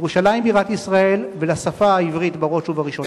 לירושלים בירת ישראל ולשפה העברית בראש ובראשונה.